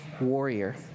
warrior